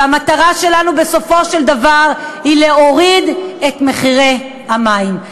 והמטרה שלנו בסופו של דבר היא להוריד את מחירי המים.